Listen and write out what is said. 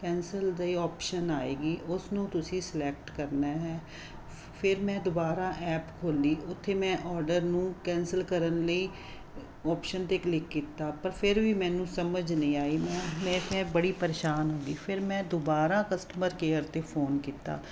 cancel ਦੀ option ਆਏਗੀ ਉਸਨੂੰ ਤੁਸੀਂ ਸਲੈਕਟ ਕਰਨਾ ਹੈ ਫਿਰ ਮੈਂ ਦੁਬਾਰਾ ਐਪ ਖੋਲ੍ਹੀ ਉੱਥੇ ਮੈਂ ਓਡਰ ਨੂੰ ਕੈਂਸਲ ਕਰਨ ਲਈ ਓਪਸ਼ਨ 'ਤੇ ਕਲਿੱਕ ਕੀਤਾ ਪਰ ਫਿਰ ਵੀ ਮੈਨੂੰ ਸਮਝ ਨਹੀਂ ਆਈ ਮੈਂ ਮੈਂ ਫਿਰ ਬੜੀ ਪਰੇਸ਼ਾਨ ਹੋ ਗਈ ਫਿਰ ਮੈਂ ਦੁਬਾਰਾ ਕਸਟਮਰ ਕੇਅਰ 'ਤੇ ਫੋਨ ਕੀਤਾ